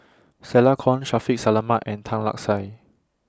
Stella Kon Shaffiq Selamat and Tan Lark Sye